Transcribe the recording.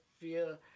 feel